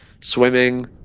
swimming